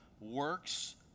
works